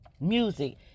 music